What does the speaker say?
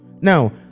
Now